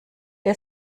der